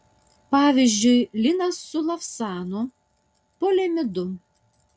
pavyzdžiui linas su lavsanu poliamidu